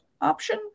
option